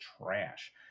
trash